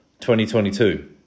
2022